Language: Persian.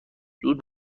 زود